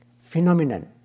Phenomenon